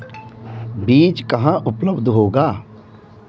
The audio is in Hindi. बीज कहाँ उपलब्ध होगा?